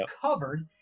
covered